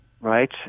right